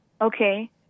Okay